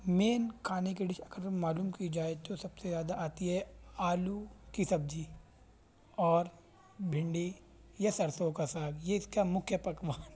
مین کھانے کی ڈش اگر معلوم کی جائے تو سب سے زیادہ آتی ہے آلو کی سبزی اور بھنڈی یا سرسوں کا ساگ یہ اس کا مکھیہ پکوان